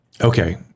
okay